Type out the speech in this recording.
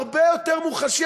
הרבה יותר מוחשי,